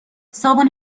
صابون